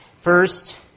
First